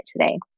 today